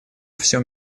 всем